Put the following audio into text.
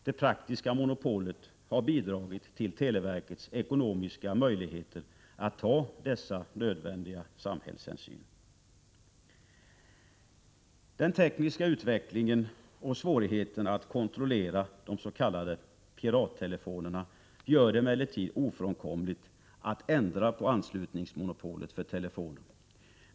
Det praktiska monopolet har bidragit till televerkets ekonomiska möjligheter att ta dessa nödvändiga samhällshänsyn. Den tekniska utvecklingen och svårigheterna att kontrollera de s.k. pirattelefonerna gör det emellertid ofrånkomligt att ändra på anslutningsmonopolet för telefoner.